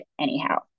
anyhow